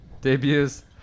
debuts